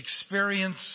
experience